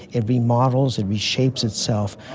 it remodels, it reshapes itself.